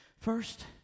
First